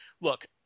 Look